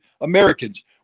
Americans